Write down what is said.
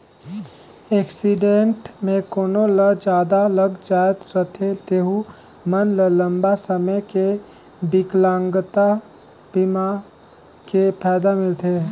accident मे कोनो ल जादा लग जाए रथे तेहू मन ल लंबा समे के बिकलांगता बीमा के फायदा मिलथे